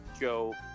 Joe